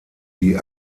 die